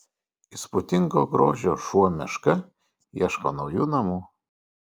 įspūdingo grožio šuo meška ieško naujų namų